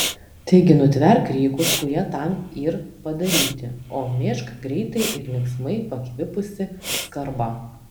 taigi nutverk rykus kurie tam yr padaryti o mėžk greitai ir linksmai pakvipusį skarbą